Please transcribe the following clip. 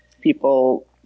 people